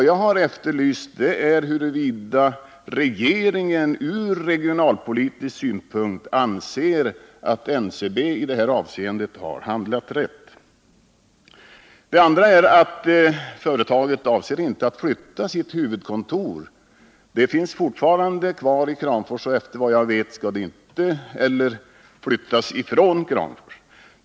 Jag har efterlyst huruvida regeringen ur regionalpolitisk synvinkel anser att NCB i detta avseende har handlat rätt. En annan sak är att företaget inte avser att flytta sitt huvudkontor. Det finns fortfarande kvar i Kramfors, och vad jag vet skall det inte flyttas därifrån.